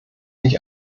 nicht